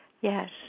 yes